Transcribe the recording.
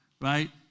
right